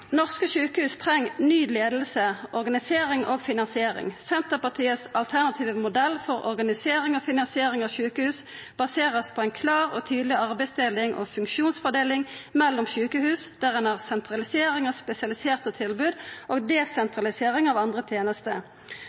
Norske sjukehus treng ny leiing, organisering og finansiering. Senterpartiets alternative modell for organisering og finansiering av sjukehus er basert på ei klar og tydeleg arbeidsdeling og funksjonsfordeling mellom sjukehus, der ein har sentralisering av spesialiserte tilbod og desentralisering av andre tenester.